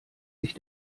sich